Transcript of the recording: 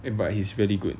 eh but he's really good